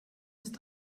ist